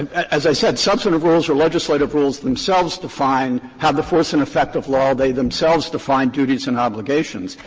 as i said, substantive rules or legislative rules themselves define have the force and effect of law. they themselves define duties and obligations.